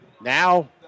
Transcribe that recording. now